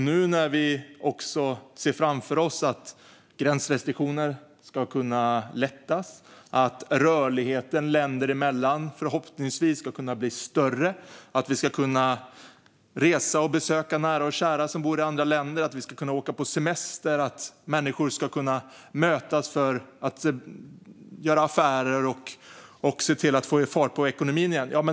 Nu ser vi framför oss att gränsrestriktioner ska kunna lättas, att rörligheten länder emellan förhoppningsvis ska kunna bli större, att vi ska kunna resa och besöka nära och kära som bor i andra länder, att vi ska kunna åka på semester och att människor ska kunna göra affärer och se till att få fart på ekonomin igen.